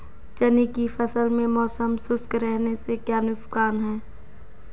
चने की फसल में मौसम शुष्क रहने से क्या नुकसान है?